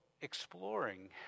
exploring